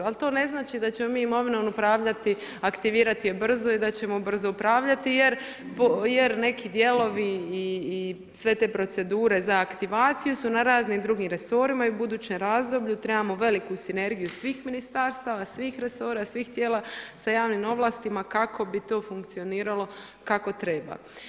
Ali, to ne znači, da ćemo mi imovinom upravljati, aktivirati je brzo i da ćemo brzo upravljati, jer neki dijelovi i sve te procedure za aktivaciju su na raznim drugim resorima i budućem razdoblju trebamo veliku sinergiju svih ministarstava, svih resora, svih tijela sa javnim ovlastima kako bi to funkcioniralo kako treba.